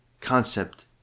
concept